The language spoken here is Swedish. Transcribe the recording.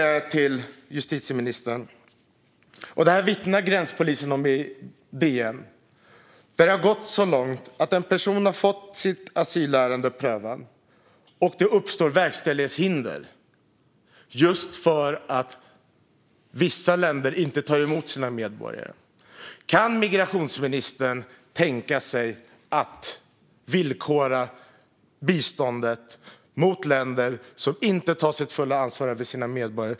I DN vittnar gränspolisen om att det har gått så långt att det uppstår verkställighetshinder på grund av att vissa länder inte tar emot sina medborgare. Kan migrationsministern tänka sig att villkora biståndet till länder som inte tar fullt ansvar för sina medborgare?